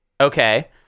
okay